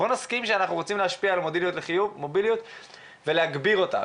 בוא נסכים שאנחנו רוצים להשפיע על מוביליות לחיוב ולהגביר אותה.